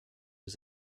was